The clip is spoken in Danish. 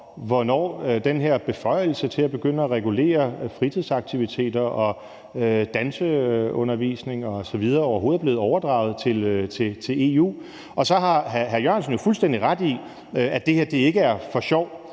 her beføjelse til at begynde at regulere fritidsaktiviteter og danseundervisning osv. overhovedet er blevet overdraget til EU. Og så har hr. Jan E. Jørgensen fuldstændig ret i, at det her ikke er for sjov.